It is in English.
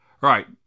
Right